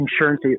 Insurance